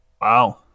Wow